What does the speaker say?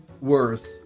worse